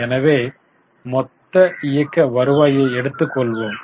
எனவே மொத்த இயக்க வருவாயை எடுத்துக்கொள்வோம்